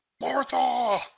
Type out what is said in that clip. Martha